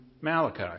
Malachi